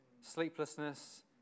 sleeplessness